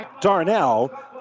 Darnell